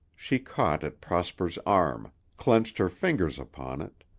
she caught at prosper's arm, clenched her fingers upon it,